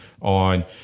on